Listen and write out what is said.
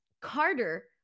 Carter